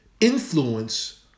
influence